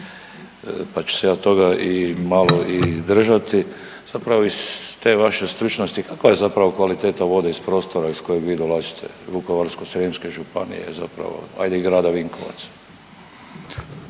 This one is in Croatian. pa ću se ja toga malo i držati. Zapravo iz te vaše stručnosti kakva je zapravo kvaliteta vode iz prostora iz kojeg vi dolazite Vukovarsko-srijemske županije zapravo ajde i grada Vinkovaca?